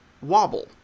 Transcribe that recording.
wobble